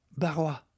Barois